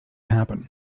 happen